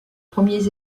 premiers